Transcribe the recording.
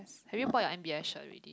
have you bought your M_B_S shirt already